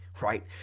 right